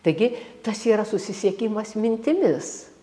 taigi tas yra susisiekimas mintimis